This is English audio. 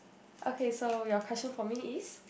okay so your question for me is